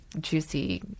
juicy